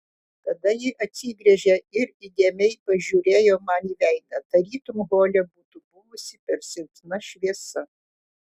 tada ji atsigręžė ir įdėmiai pažiūrėjo man į veidą tarytum hole būtų buvusi per silpna šviesa